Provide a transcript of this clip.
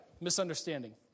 misunderstanding